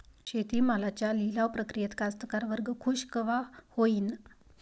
शेती मालाच्या लिलाव प्रक्रियेत कास्तकार वर्ग खूष कवा होईन?